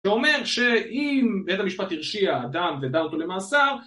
זה אומר שאם בית המשפט הרשיע, אדם ודנה אותו למאסר